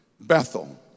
Bethel